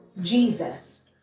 Jesus